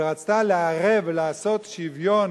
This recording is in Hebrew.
שרצתה לערב ולעשות שוויון,